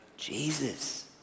Jesus